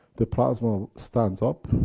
the plasma stands up,